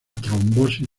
trombosis